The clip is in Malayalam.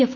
എഫ്